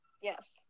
Yes